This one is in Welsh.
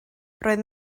roedd